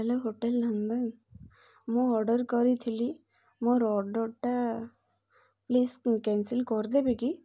hello hotel Nandan ମୁଁ order କରିଥିଲି ମୋର ଅର୍ଡ଼ର୍ଟା ପ୍ଲିଜ୍ କ୍ୟାନସଲ୍ କରିଦେବି କି